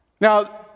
now